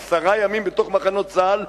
עשרה ימים בתוך מחנות צה"ל,